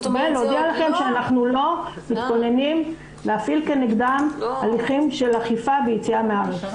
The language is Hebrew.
אנחנו לא מתכוננים להפעיל כנגדן הליכים של יציאה מהארץ.